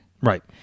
right